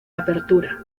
apertura